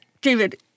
David